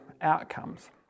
outcomes